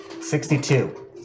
Sixty-two